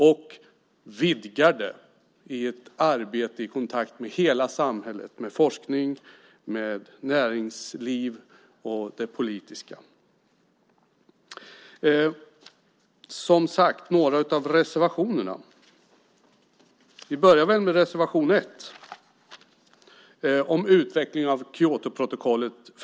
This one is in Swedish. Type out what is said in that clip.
Vi vidgar det i kontakt med hela samhället, med forskning, med näringsliv och inom politiken. Jag går vidare till några av reservationerna. Vi börjar med reservation 1 från Vänsterpartiet om utveckling av Kyotoprotokollet.